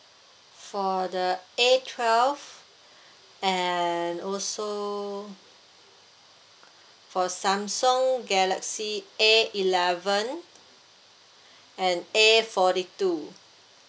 for the A twelve and also for samsung galaxy A eleven and A forty two